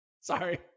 Sorry